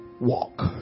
walk